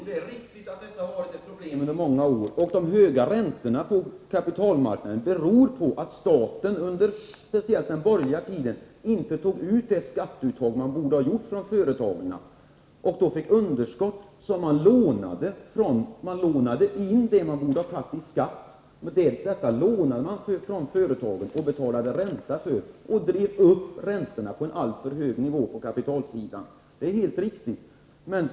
Herr talman! Det är riktigt att detta har varit ett problem under många år. De höga räntorna på kapitalmarknaden beror på att staten, speciellt under den borgerliga tiden, inte tog ut det skatteuttag man borde ha tagit ut från företagen. Staten fick då underskott som man lånade till. Man lånade det man borde ha tagit in i skatt. Man lånade från företagen och betalade ränta och drev upp räntorna till en alltför hög nivå på kapitalsidan. Det är helt riktigt.